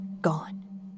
gone